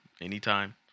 Anytime